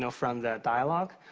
so from the dialog.